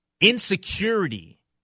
insecurity